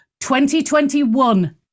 2021